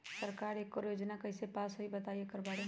सरकार एकड़ योजना कईसे पास होई बताई एकर बारे मे?